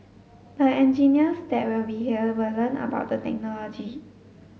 the engineers that will be here will learn about the technology